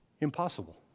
Impossible